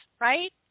right